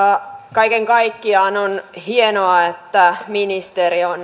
kaiken kaikkiaan on hienoa että ministeri on